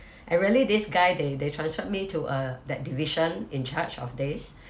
and really this guy they they transferred me to a that division in charge of this